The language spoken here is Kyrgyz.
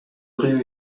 кыюу